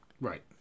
Right